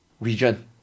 region